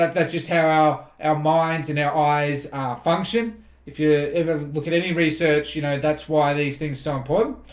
that's just how our our minds and our eyes function if yeah you ah look at any research, you know, that's why these things so important